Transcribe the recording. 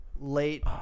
Late